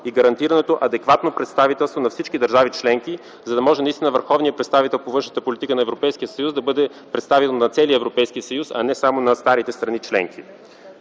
и гарантирането на адекватно представителство на всички държави членки, за да може наистина върховният представител по външната политика на Европейския съюз да бъде представител на целия Европейски съюз, а не само на старите страни членки.